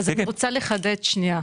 אז אני רוצה לחדד שנייה,